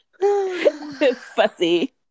fussy